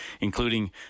including